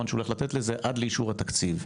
שהוא הולך לתת לזה עד לאישור התקציב.